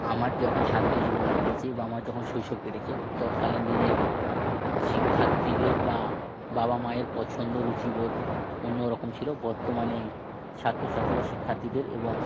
আমার যখন ছাত্রজীবন কেটেছে বা আমার যখন শৈশব কেটেছে তৎকালীন দিনের শিক্ষার্থীদের বা বাবা মায়ের পছন্দ রুচিবোধ অন্য রকম ছিল বত্তমানে ছাত্রছাত্রী বা শিক্ষার্থীদের এবং